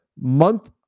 month